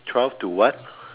twelve to what